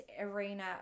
arena